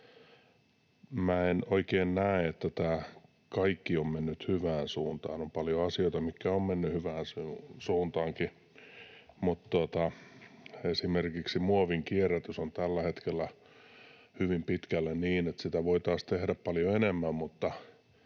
en oikein näe, että tämä kaikki on mennyt hyvään suuntaan. On paljon asioita, mitkä ovat menneet hyväänkin suuntaan, mutta esimerkiksi muovin kierrätys on tällä hetkellä hyvin pitkälle niin, että sitä voitaisiin tehdä paljon enemmän